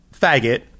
faggot